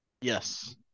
Yes